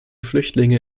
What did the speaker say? flüchtlinge